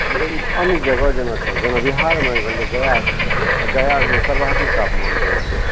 अन्य जगह जगह छै जेना बिहारमे भेलय गया छै गयामे सर्वाधिक तापमान रहैत छै